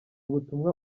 ubutumwa